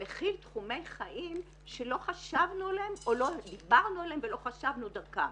שמכיל תחומי חיים שלא חשבנו עליהם או לא דיברנו עליהם ולא חשבנו דרכם.